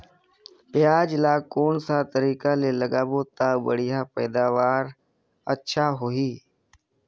पियाज ला कोन सा तरीका ले लगाबो ता बढ़िया पैदावार अच्छा होही?